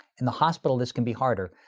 in the hospital, this can be harder.